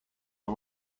her